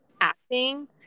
acting